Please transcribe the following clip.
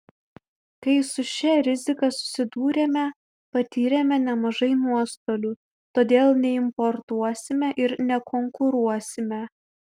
kai su šia rizika susidūrėme patyrėme nemažai nuostolių todėl neimportuosime ir nekonkuruosime